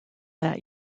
that